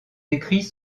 écrits